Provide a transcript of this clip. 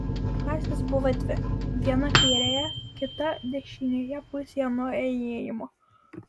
klasės buvo dvi viena kairėje kita dešinėje pusėje nuo įėjimo